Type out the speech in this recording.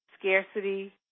Scarcity